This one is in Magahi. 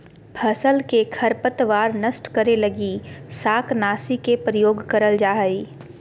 फसल में खरपतवार नष्ट करे लगी शाकनाशी के प्रयोग करल जा हइ